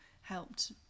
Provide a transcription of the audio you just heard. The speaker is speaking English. helped